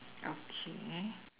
okay